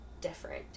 different